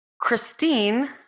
Christine